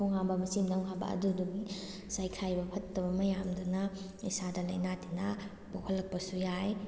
ꯈꯣꯡ ꯍꯥꯝꯕ ꯃꯆꯤ ꯑꯃꯗ ꯑꯃꯨꯛ ꯍꯥꯝꯕ ꯑꯗꯨꯗꯨꯝ ꯆꯥꯏꯈꯥꯏꯕ ꯐꯠꯇꯕ ꯃꯌꯥꯝꯗꯨꯅ ꯏꯁꯥꯗ ꯂꯥꯏꯅ ꯇꯤꯟꯅꯥ ꯄꯣꯛꯍꯜꯂꯛꯄꯁꯨ ꯌꯥꯏ